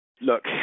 Look